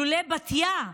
לולא בתיה,